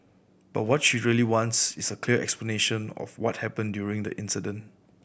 but what she really wants is a clear explanation of what happened during that incident